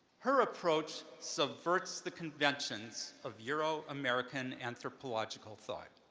her approach subverts the conventions of euro-american anthropological thought,